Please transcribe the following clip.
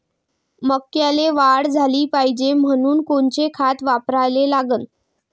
मक्याले वाढ झाली पाहिजे म्हनून कोनचे खतं वापराले लागन?